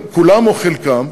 כולם או חלקם,